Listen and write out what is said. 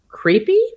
creepy